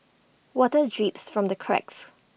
water drips from the cracks